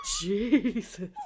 Jesus